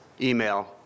email